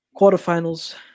quarterfinals